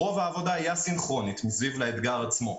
רוב העבודה היא אסינכרונית מסביב לאתגר עצמו.